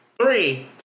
Three